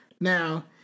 Now